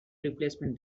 replacement